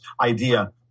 idea